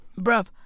Bruv